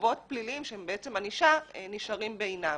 חובות פליליים שהם בעצם ענישה, נותרים בעינם.